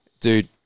dude